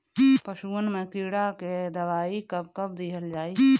पशुअन मैं कीड़ा के दवाई कब कब दिहल जाई?